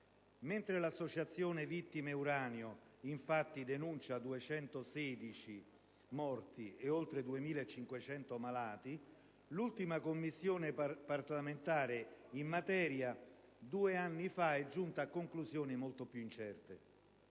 Mentre l'associazione Vittime Uranio, infatti denuncia 216 morti e oltre 2.500 malati, l'ultima Commissione parlamentare in materia, due anni fa è giunta a conclusioni molto più incerte.